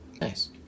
Nice